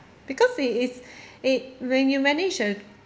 because it is it when you manage a